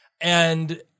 And-